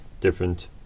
different